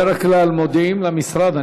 בדרך כלל מודיעים למשרד,